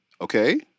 Okay